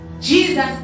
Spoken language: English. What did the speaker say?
Jesus